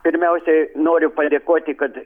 pirmiausiai noriu padėkoti kad